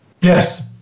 Yes